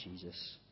Jesus